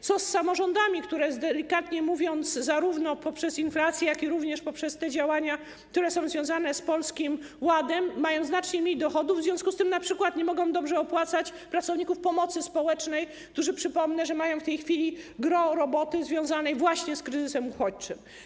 Co z samorządami, które, delikatnie mówiąc, zarówno poprzez inflację, jak również poprzez te działania, które są związane z Polskim Ładem, mają znacznie mniej dochodów, w związku z tym np. nie mogą dobrze opłacać pracowników pomocy społecznej, którzy, przypomnę, mają w tej chwili gros roboty związanej właśnie z kryzysem uchodźczym?